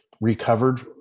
recovered